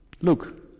Look